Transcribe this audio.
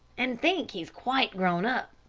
and think he's quite grown up.